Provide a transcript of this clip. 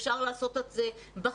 אפשר לעשות את זה בחצר,